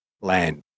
Land